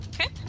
Okay